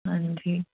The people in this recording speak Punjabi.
ਹਾਂਜੀ